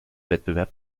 wettbewerb